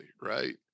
right